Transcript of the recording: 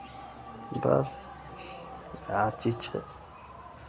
बस इएह चीज छै